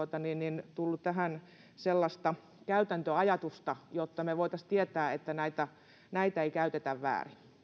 tullut tähän sellaista käytäntöajatusta jotta me voisimme tietää että näitä näitä ei käytetä väärin